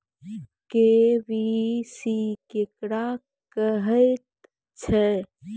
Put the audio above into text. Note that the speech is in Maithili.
के.वाई.सी केकरा कहैत छै?